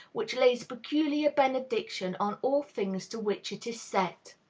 which lays peculiar benediction on all things to which it is set.